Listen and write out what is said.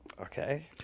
Okay